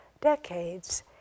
decades